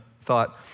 thought